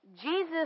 Jesus